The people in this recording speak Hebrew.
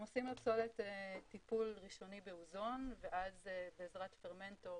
הם עושים לפסולת טיפול ראשוני באוזון ואז בעזרת פרמנטור